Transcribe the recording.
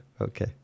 Okay